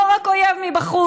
לא רק נגד אויב מבחוץ,